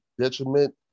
detriment